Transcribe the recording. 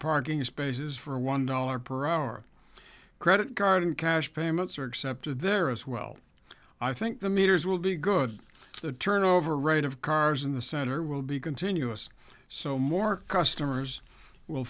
parking spaces for one dollar per hour credit card in cash payments are accepted there as well i think the meters will be good the turnover rate of cars in the center will be continuous so more customers w